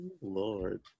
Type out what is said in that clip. Lord